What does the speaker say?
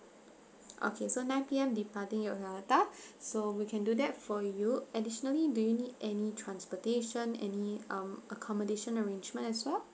okay so nine P_M departing yogyakarta so we can do that for you additionally do you need any transportation any um accommodation arrangement as well